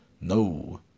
No